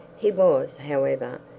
he was, however,